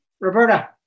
Roberta